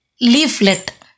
leaflet